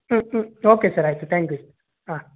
okay sir ಆಯಿತು thank you